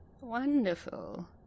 Wonderful